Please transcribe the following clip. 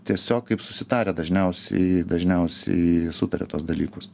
tiesiog kaip susitarę dažniausiai dažniausiai sutaria tuos dalykus